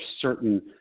certain